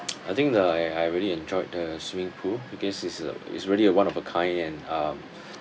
I think the I I really enjoyed the swimming pool because it's a it's really a one of a kind and um